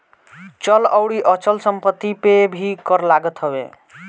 चल अउरी अचल संपत्ति पे भी कर लागत हवे